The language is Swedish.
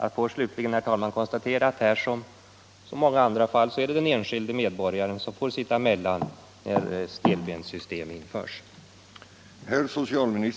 Slutligen konstaterar jag, herr talman, aut här som i så många andra fall är det den enskilde medborgaren som får sitta emellan när ett stelbent system införs.